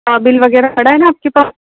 bill वगैरह पड़ा है ना आपके पास